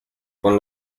con